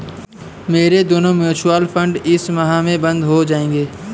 मेरा दोनों mutual fund इस माह में बंद हो जायेगा